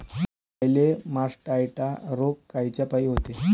गाईले मासटायटय रोग कायच्यापाई होते?